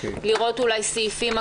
נועלת את הדיון.